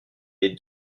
est